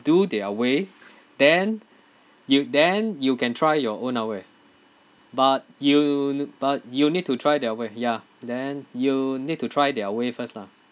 do their way then you then you can try your own our but you but you need to try their with ya then you need to try their way first lah